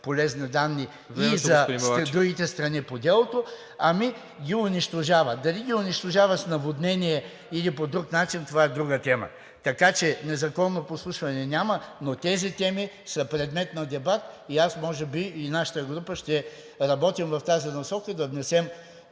Балачев. БРАНИМИР БАЛАЧЕВ: …страни по делото, ами ги унищожава. Дали ги унищожава с наводнение или по друг начин, това е друга тема. Така че незаконно подслушване няма, но тези теми са предмет на дебат и аз, може би и нашата група ще работим в насока да внесем